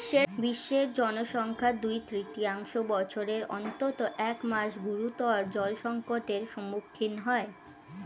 বিশ্বের জনসংখ্যার দুই তৃতীয়াংশ বছরের অন্তত এক মাস গুরুতর জলসংকটের সম্মুখীন হয়